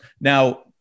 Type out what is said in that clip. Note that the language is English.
Now